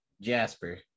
Jasper